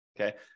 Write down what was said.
Okay